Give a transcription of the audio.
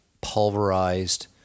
pulverized